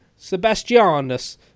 Sebastianus